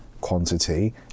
quantity